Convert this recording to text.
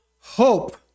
hope